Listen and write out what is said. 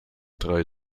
drei